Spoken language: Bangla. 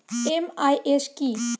এম.আই.এস কি?